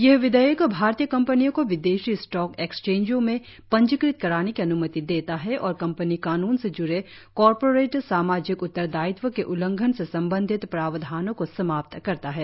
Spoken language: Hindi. यह विधेयक भारतीय कंपनियों को विदेशी स्टॉक एक्सचेंजों में पंजीकृत कराने की अनुमति देता है और कंपनी कानून से जुड़े कार्पोरिट सामाजिक उत्तरदायित्व के उल्लंघन से संबंधित प्रावधानों को समाप्त करता है